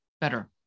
better